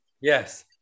Yes